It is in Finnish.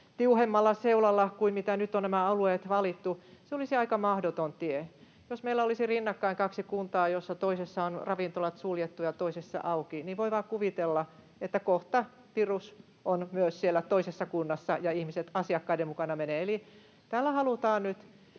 tiuhemmalla seulalla, kun nyt on valittu nämä alueet. Se olisi aika mahdoton tie. Jos meillä olisi rinnakkain kaksi kuntaa, joista toisessa on ravintolat suljettu ja toisessa auki, niin voi vain kuvitella, että kohta virus on myös siellä toisessa kunnassa ja ihmiset menevät asiakkaiden mukana. Tällä halutaan nyt